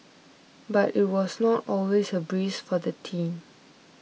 but it was not always a breeze for the team